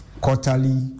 quarterly